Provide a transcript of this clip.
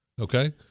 Okay